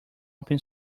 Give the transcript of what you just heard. open